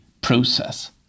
process